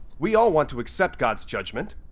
we all want to accept god's judgment,